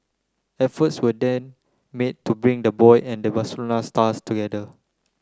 efforts were then made to bring the boy and the Barcelona star together